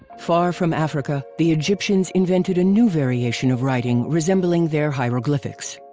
far from africa, the egyptians invented a new variation of writing resembling their hieroglyphics.